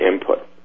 input